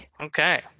Okay